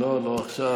לא, לא עכשיו.